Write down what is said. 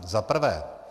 Za prvé.